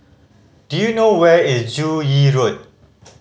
do you know where is Joo Yee Road